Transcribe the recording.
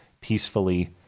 peacefully